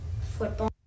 football